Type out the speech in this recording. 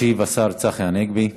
ישיב השר צחי הנגבי.